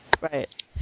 Right